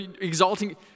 exalting